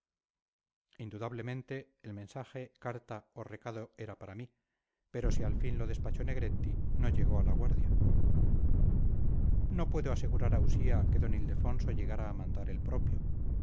indudablemente el mensaje carta o recado era para mí pero si al fin lo despachó negretti no llegó a la guardia no puedo asegurar a usía que d ildefonso llegara a mandar el propio